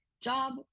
job